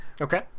okay